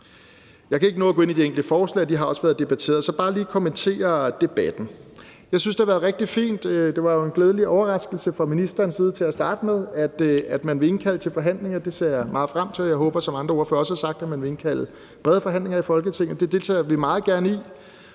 Jeg kan ikke nå at gå ind i de enkelte forslag, og de har også været debatteret, så jeg vil bare lige kommentere debatten. Jeg synes, det har været rigtig fint; det var jo en glædelig overraskelse fra ministerens side til at starte med, at man vil indkalde til forhandlinger. Det ser jeg meget frem til, og jeg håber, som andre ordførere også har sagt, at man vil indkalde til brede forhandlinger i Folketinget. Det deltager vi meget gerne i.